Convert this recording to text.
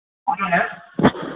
ஆமாம்ங்க